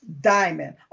Diamond